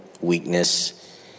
weakness